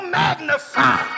magnify